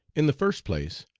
in the first place,